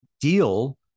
deal